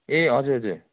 ए हजुर हजुर